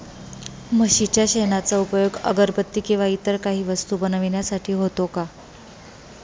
म्हशीच्या शेणाचा उपयोग अगरबत्ती किंवा इतर काही वस्तू बनविण्यासाठी होतो का?